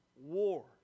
war